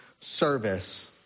service